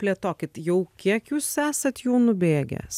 plėtokit jau kiek jūs esat jų nubėgęs